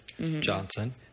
Johnson